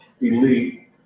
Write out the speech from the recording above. elite